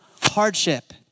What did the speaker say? hardship